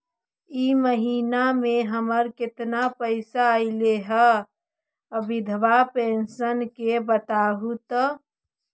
इ महिना मे हमर केतना पैसा ऐले हे बिधबा पेंसन के बताहु तो?